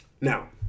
Now